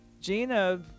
Gina